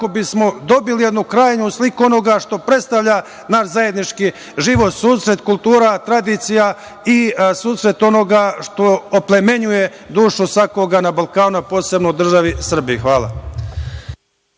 kako bismo dobili onu krajnju sliku onoga što predstavlja naš zajednički život, susret kultura, tradicija i susret onoga što oplemenjuje društvo svakoga na Balkanu, a posebno u državi Srbiji. Hvala.